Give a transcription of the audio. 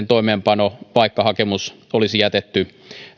toimeenpano jatkuisi vaikka hakemus olisi jätetty